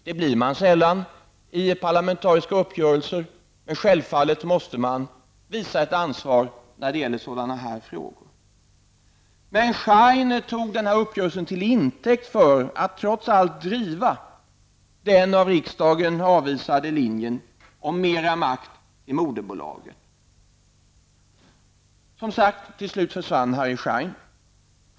Det blir man sällan vid parlamentariska upgörelser, men självfallet måste man visa ett ansvar när det gäller sådana här frågor. Harry Schein tog den här uppgörelsen till intäkt för att trots allt driva den av riksdagen avvisade linjen om mera makt till moderbolaget. Som sagt, till slut försvann Harry Schein.